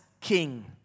king